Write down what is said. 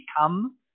become